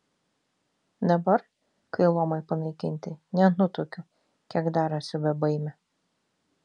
dabar kai luomai panaikinti nenutuokiu kiek dar esu bebaimė